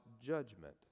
judgment